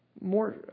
more